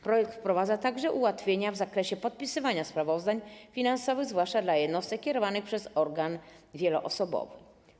Projekt wprowadza także ułatwienia w zakresie podpisywania sprawozdań finansowych, zwłaszcza dla jednostek kierowanych przez organ wieloosobowy.